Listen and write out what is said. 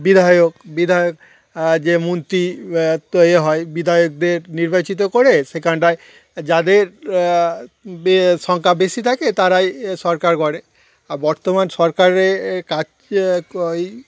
বিধায়ক বিধায়ক যে মন্ত্রী তো এ হয় বিধায়কদের নির্বাচিত করে সেখানটায় যাদের সংখ্যা বেশি থাকে তারাই সরকার করে আর বর্তমান সরকারের কাজ ওই